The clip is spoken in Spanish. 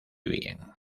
bien